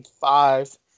Five